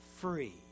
free